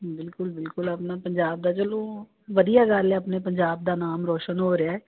ਬਿਲਕੁਲ ਬਿਲਕੁਲ ਆਪਣਾ ਪੰਜਾਬ ਦਾ ਚਲੋ ਵਧੀਆ ਗੱਲ ਹੈ ਆਪਣੇ ਪੰਜਾਬ ਦਾ ਨਾਮ ਰੋਸ਼ਨ ਹੋ ਰਿਹਾ